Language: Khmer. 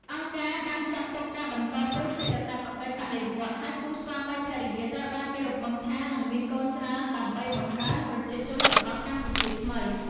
អង្គការបានចាត់ទុកការបន្តពូជជាកាតព្វកិច្ចបដិវត្តន៍ ហើយគូស្វាមីភរិយាត្រូវបានគេរំពឹងថានឹងមានកូនច្រើនដើម្បីបង្កើនប្រជាជនរបស់ "កម្ពុជា" ថ្មី។